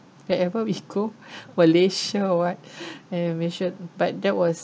wherever we go malaysia or what every nation but that was